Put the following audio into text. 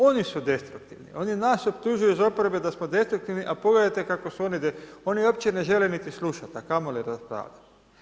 Oni su destruktivni, oni nas optužuju iz oporbe da smo destruktivni, a pogledajte kako su oni, oni uopće ne žele niti slušat, a kamoli raspravljat.